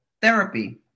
Therapy